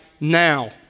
now